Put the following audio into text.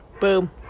Boom